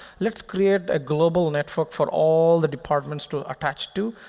let's create a global network for all the departments to attach to.